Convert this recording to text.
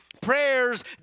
prayers